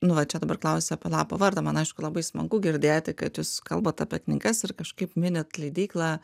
nu va čia dabar klausi apie lapo vardą man aišku labai smagu girdėti kad jūs kalbat apie knygas ir kažkaip minit leidyklą